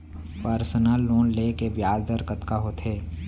Personal loan ले के ब्याज दर कतका होथे?